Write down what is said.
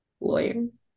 lawyers